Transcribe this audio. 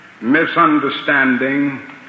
misunderstanding